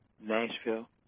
Nashville